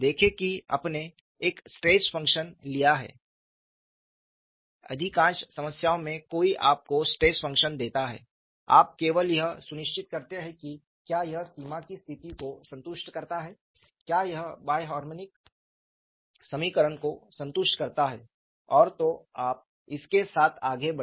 देखें कि आपने एक स्ट्रेस फ़ंक्शन लिया है अधिकांश समस्याओं में कोई आपको स्ट्रेस फ़ंक्शन देता है आप केवल यह सुनिश्चित करते हैं कि क्या यह सीमा की स्थिति को संतुष्ट करता है क्या यह बाय हार्मोनिक समीकरण को संतुष्ट करता है और तो आप इसके साथ आगे बढ़ें